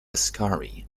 ascari